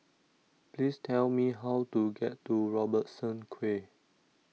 please tell me how to get to Robertson Quay